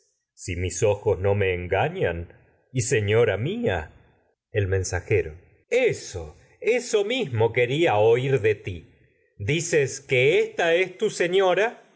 si mis ojos me engañan y seño mía el mensajero eso eso mismo quería oír de ti dices que ésta es tu señora